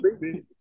baby